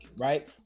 right